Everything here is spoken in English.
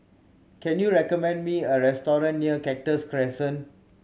can you recommend me a restaurant near Cactus Crescent